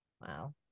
Wow